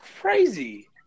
crazy